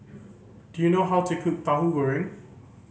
do you know how to cook Tauhu Goreng